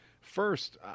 First